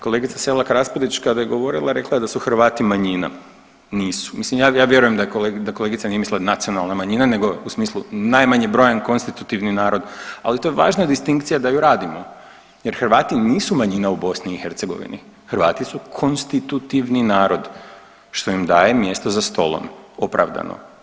Kolegica Selak Raspudić kada je govorila rekla je da su Hrvati manjina, nisu, mislim ja vjerujem da kolegica nije mislila nacionalna manjina, nego u smislu najmanje brojan konstitutivni narod, ali to je važna distinkcija da ju radimo jer Hrvati nisu manjina u BiH, Hrvati su konstitutivni narod što im daje mjesto za stolom, opravdano.